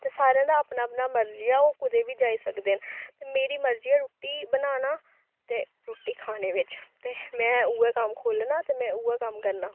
ते सारें दा अपना अपना मर्जी ऐ ओह् कुतै बी जाई सकदे न ते मेरी मर्जी ऐ रुट्टी बनाना ते रुट्टी खाने बिच्च ते में उ'ऐ कम्म खोल्लना ते में उ'ऐ कम्म करना